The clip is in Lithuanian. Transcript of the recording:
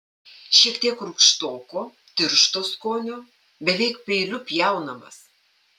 šiek tiek rūgštoko tiršto skonio beveik peiliu pjaunamas